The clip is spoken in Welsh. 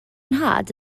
nhad